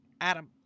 Adam